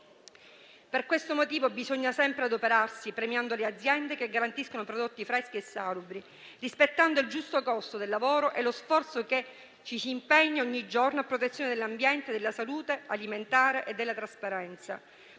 Per questo motivo bisogna sempre adoperarsi premiando le aziende che garantiscono prodotti freschi e salubri, rispettando il giusto costo del lavoro, lo sforzo e l'impegno di ogni giorno a protezione dell'ambiente, della salute alimentare e della trasparenza.